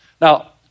Now